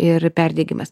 ir perdegimas